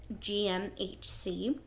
GMHC